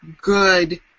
good